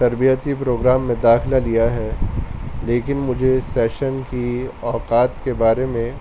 تربیتی پروگرام میں داخلہ لیا ہے لیکن مجھے اس سیشن کی اوقات کے بارے میں